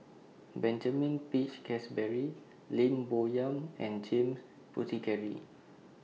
Benjamin Peach Keasberry Lim Bo Yam and James Puthucheary